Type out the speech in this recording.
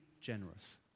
generous